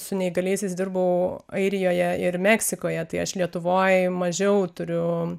su neįgaliaisiais dirbau airijoje ir meksikoje tai aš lietuvoj mažiau turiu